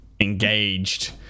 engaged